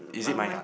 is it my